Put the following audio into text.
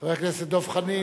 חבר הכנסת דב חנין.